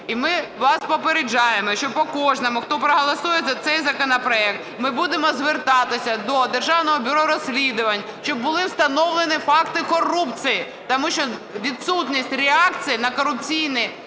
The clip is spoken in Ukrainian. І ми вас попереджаємо, що по кожному, хто проголосує за цей законопроект, ми будемо звертатися до Державного бюро розслідувань, щоб були встановлені факти корупції. Тому що відсутність реакції на корупційні